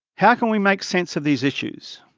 how can we make sense of these issues?